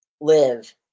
live